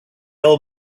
old